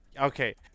Okay